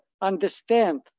understand